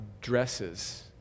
dresses